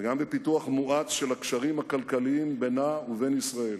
וגם בפיתוח מואץ של הקשרים הכלכליים בינה ובין ישראל,